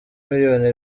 miliyoni